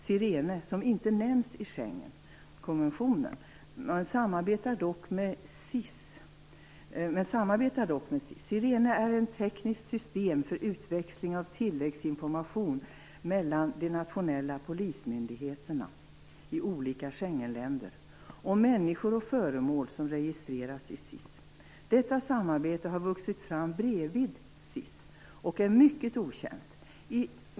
Sirene, som inte nämns i Schengenkonventionen, samarbetar dock med SIS. Sirene är ett tekniskt system för utväxling av tilläggsinformation mellan de nationella polismyndigheterna i olika Schengenländer om människor och föremål som registreras i SIS. Detta samarbete har vuxit fram bredvid SIS och är mycket okänt.